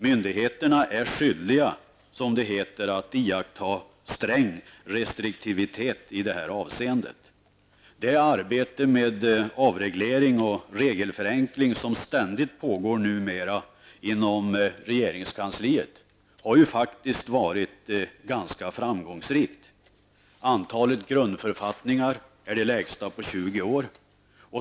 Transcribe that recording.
Myndigheterna är skyldiga, som det heter, att iaktta sträng restriktivitet i detta avseende. Det arbete med avreglering och regelförenkling som ständigt pågår numera inom regeringskansliet har ju varit ganska framgångsrikt. Antalet grundförfattningar är det lägsta på 20 år.